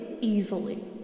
easily